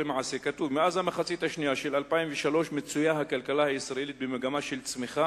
כתוב: מאז המחצית השנייה של 2003 מצויה הכלכלה הישראלית במגמה של צמיחה,